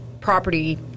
property